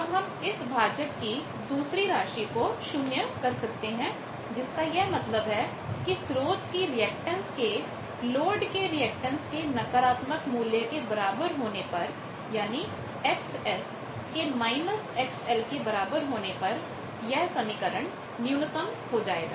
तो हम इस भाजक की दूसरी राशि को शून्य कर सकते हैं जिसका यह मतलब है कि स्रोत की रिएक्टेंस के लोड के रिएक्टेंस के नकारात्मक मूल्य के बराबर होने Xs XL पर यह समीकरण न्यूनतम हो जाएगा